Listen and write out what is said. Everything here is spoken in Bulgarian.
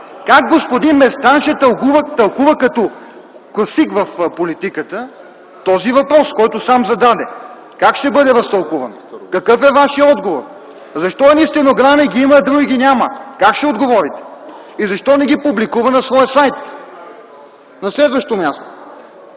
Как господин Местан ще тълкува като класик в политиката този въпрос, който сам зададе? Как ще бъде разтълкуван? Какъв е Вашият отговор? Защо едни стенограми ги има, а други ги няма? Как ще отговорите? И защо не ги публикува на своя сайт? На следващо място,